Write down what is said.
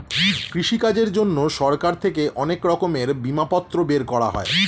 কৃষিকাজের জন্যে সরকার থেকে অনেক রকমের বিমাপত্র বের করা হয়